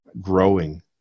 growing